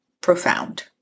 profound